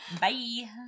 Bye